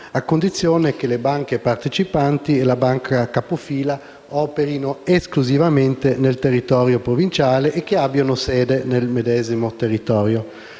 a condizione che le banche partecipanti e la banca capofila operino esclusivamente nel territorio provinciale e abbiano sede nel medesimo territorio.